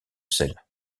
selle